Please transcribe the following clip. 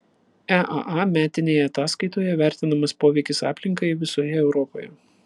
eaa metinėje ataskaitoje vertinamas poveikis aplinkai visoje europoje